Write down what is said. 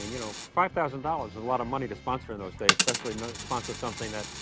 you know, five thousand dollars is a lot of money to sponsor in those days, especially sponsor something that